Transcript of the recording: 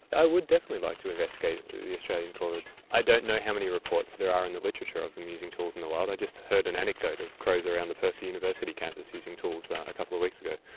i would definitely like to investigate the the australian corvids. i don't know how many reports there are in the literature of them using tools in the wild. i just heard an anecdote of crows around the perth university campus using tools a couple of weeks ago,